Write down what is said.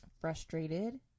frustrated